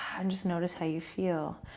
and just notice how you feel.